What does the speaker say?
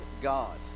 God